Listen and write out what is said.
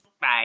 Bye